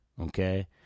Okay